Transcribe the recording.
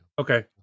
Okay